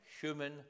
human